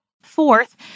Fourth